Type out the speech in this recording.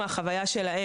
מהחוויה שלהם,